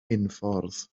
unffordd